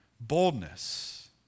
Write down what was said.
Boldness